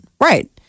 Right